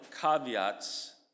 caveats